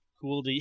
cool